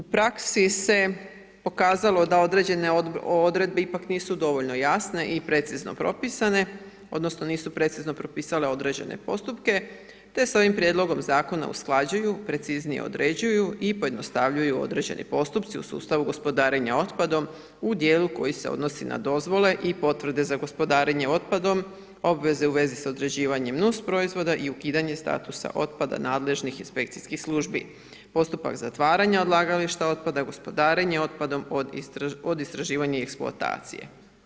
praksi se pokazalo da određene odredbe ipak nisu dovoljno jasne i precizno propisane, odnosno nisu precizno propisale određene postupke te se ovim prijedlogom zakona usklađuju preciznije određuju i pojednostavljuju određeni postupci u sustavu gospodarenja otpadom u dijelu koji se odnosi na dozvole i potvrde za gospodarenje otpadom, obveze u vezi s određivanjem nus proizvoda i ukidanje statusa otpada nadležnih inspekcijskih službi, postupak zatvaranja odlagališta otpada, gospodarenja otpadom od istraživanja i eksploatacije.